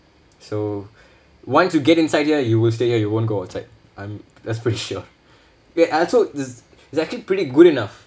so once you get inside here you will stay here you won't go outside I'm that's for sure ya I told it's it's actually pretty good enough